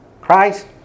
Christ